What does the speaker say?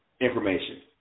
information